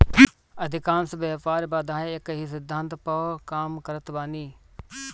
अधिकांश व्यापार बाधाएँ एकही सिद्धांत पअ काम करत बानी